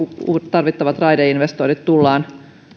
tarvittavat raideinvestoinnit tullaan